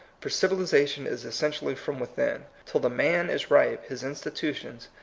for civilization is essentially from within. till the man is ripe, his institutions,